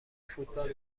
فوتبال